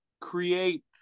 create